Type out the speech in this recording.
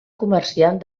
comerciant